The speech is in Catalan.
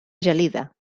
gelida